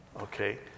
okay